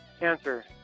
answer